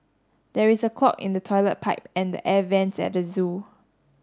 there is a clog in the toilet pipe and the air vents at the zoo